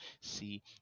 See